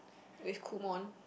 with kumon